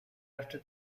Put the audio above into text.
after